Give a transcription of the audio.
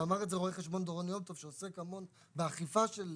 ואמר את זה רואה חשבון דורון יום טוב שעוסק המון באכיפה של